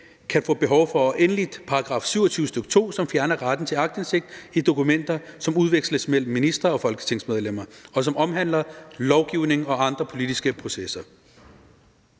kan få behov for, og endelig § 27, stk. 2, som fjerner retten til aktindsigt i dokumenter, som udveksles mellem ministre og folketingsmedlemmer, og som omhandler lovgivning og andre politiske processer.